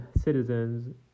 citizens